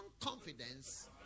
confidence